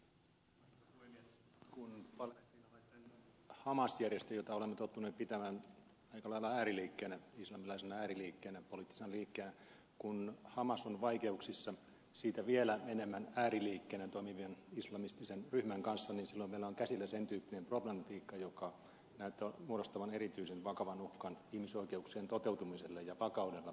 kun palestiinalaisten hamas järjestö jota olemme tottuneet pitämään aika lailla islamilaisena poliittisena ääriliikkeenä on vaikeuksissa siitä vielä enemmän ääriliikkeenä toimivan islamistisen ryhmän kanssa meillä on silloin käsillä sen tyyppinen problematiikka joka näyttää muodostavan erityisen vakavan uhkan ihmisoikeuksien toteutumiselle ja vakaudelle eri puolilla maailmaa